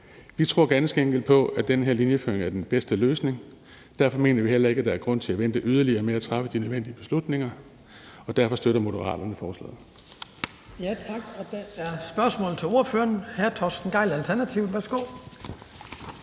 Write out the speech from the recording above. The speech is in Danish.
Vi tror ganske enkelt på, at den her linjeføring er den bedste løsning. Derfor mener vi heller ikke, at der er grund til at vente yderligere med at træffe de nødvendige beslutninger, og derfor støtter Moderaterne forslaget.